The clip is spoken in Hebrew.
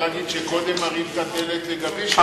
צריך להגיד שקודם מראים את הדלת לגביש.